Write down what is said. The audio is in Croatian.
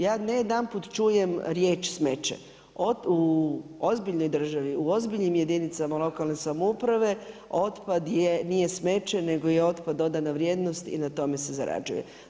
Ja ne jedanput čujem riječ smeće. u ozbiljnoj državi, u ozbiljnim jedinicama lokalne samouprave, otpad nije smeće, nego je otpad dodana vrijednost i na tome se zarađuje.